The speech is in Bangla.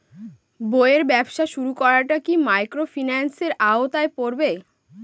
বইয়ের ব্যবসা শুরু করাটা কি মাইক্রোফিন্যান্সের আওতায় পড়বে?